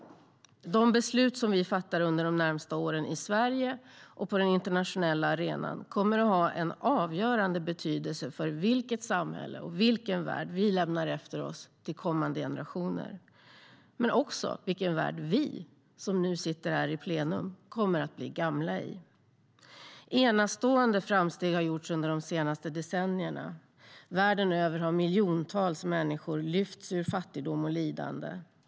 De beslut vi under de närmaste åren fattar i Sverige och på den internationella arenan kommer att ha en avgörande betydelse för vilket samhälle och vilken värld vi lämnar efter oss till kommande generationer. Det handlar dock också om vilken värld vi som sitter här i kammaren kommer att bli gamla i. Enastående framsteg har gjorts under de senaste decennierna. Världen över har miljontals människor lyfts ur fattigdom och lidande.